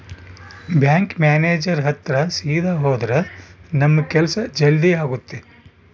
bank manager ಹತ್ರ ಸೀದಾ ಹೋದ್ರ ನಮ್ ಕೆಲ್ಸ ಜಲ್ದಿ ಆಗುತ್ತೆ